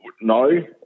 No